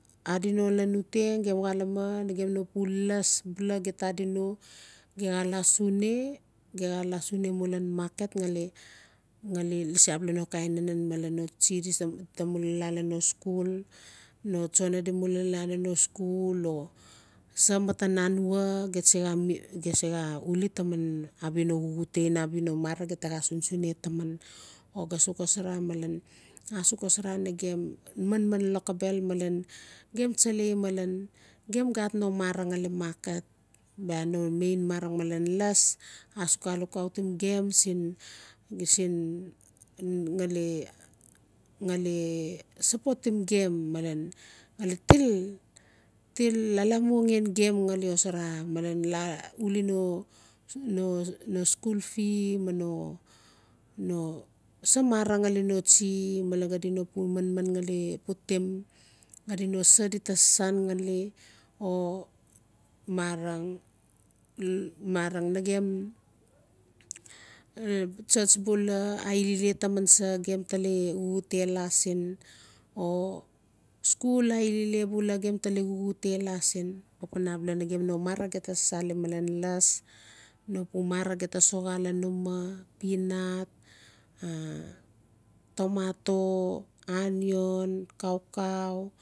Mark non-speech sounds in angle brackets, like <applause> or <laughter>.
Adi no lan uteg gem xaleme nagem no pu las bula gem adi no gem laa sune gem laa sune mu lan makeet gali gali lasi no kain nenen malen no tsi di taa mula laa lan scul no tsona di mula laa lan no sxul. O sa matan anwa gem se gaa uuli taman abia no xuxute in abia no marang gem taa gaa sunsune taman o sux xosara malen a sux xosara nagem manman loxobel malen gem tsalai gem gat no marang xale maket bia no main marang malen las a sux a lukautim gem sin-sin <hesitation> xale sapotim gem malen xale til-til lalamua gen gem gali xosara malen laa uuli no scul fee <hesitation> samarg xali no tsi malen xadi no pu manman gali putim xadi no sa di taa sagsagali o <hesitation> marang nagem church bula ailile taman sa gem tale xuxute laa sin o sxul ailile bula gem tale xuxute laa sin papanabal nagen no marang gem taa sasalim malen las no pu marang gem taa soxa lan uma peanut <hesitation> tomato anian kaukau